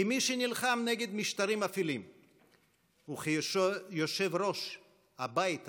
כמי שנלחם נגד משטרים אפלים וכיושב-ראש הבית הזה,